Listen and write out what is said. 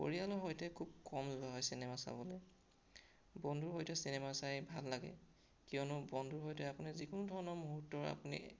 পৰিয়ালৰ সৈতে খুব কম যোৱা হয় চিনেমা চাবলৈ বন্ধুৰ সৈতে চিনেমা চাই ভাল লাগে কিয়নো বন্ধুৰ সৈতে আপুনি যিকোনো ধৰণৰ মুহূৰ্ত্তৰ আপুনি